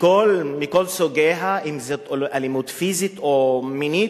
מכל סוגיה, אם זאת אלימות פיזית או מינית,